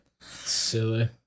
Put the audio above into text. silly